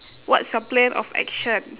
what's your plan of action